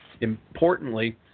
importantly